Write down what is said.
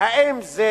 האם זה